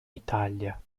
italia